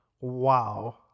Wow